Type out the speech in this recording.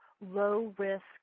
low-risk